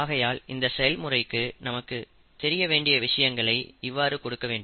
ஆகையால் இந்த செயல்முறைக்கு நமக்கு தெரிய வேண்டிய விஷயங்களை இவ்வாறு கொடுக்க வேண்டும்